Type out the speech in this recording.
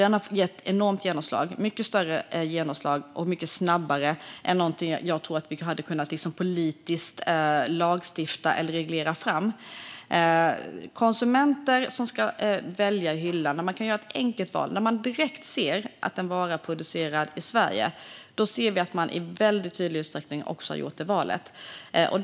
Den har fått ett enormt genomslag, mycket större och snabbare genomslag än något som jag tror att vi politiskt hade kunnat lagstifta eller reglera fram. Konsumenter som ska välja i hyllan kan göra ett enkelt val. När man direkt ser att en vara är producerad i Sverige ser vi att man i hög utsträckning gör det valet.